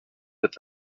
with